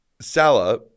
Salah